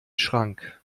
schrank